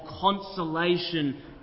consolation